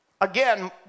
again